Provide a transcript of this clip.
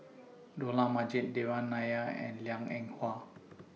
Dollah Majid Devan Nair and Liang Eng Hwa